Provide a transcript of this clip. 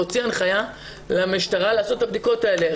הוציא הנחיה למשטרה לעשות את הבדיקות האלה.